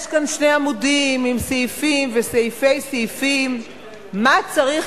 יש כאן שני עמודים עם סעיפים וסעיפי סעיפים מה צריך